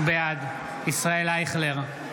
בעד ישראל אייכלר,